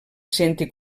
senti